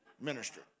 ministry